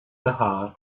behaart